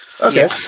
Okay